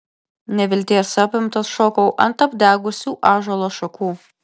nevilties apimtas šokau ant apdegusių ąžuolo šakų